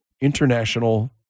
international